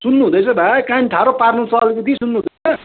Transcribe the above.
सुन्नु हुँदैछ भाइ कान ठाडो पार्नुहोस् त अलिकति सुन्नुृहुँदैछ